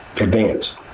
advance